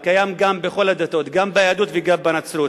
הוא קיים בכל הדתות, גם ביהדות וגם בנצרות.